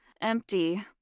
empty